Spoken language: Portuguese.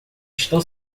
estão